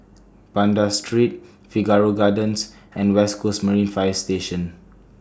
Banda Street Figaro Gardens and West Coast Marine Fire Station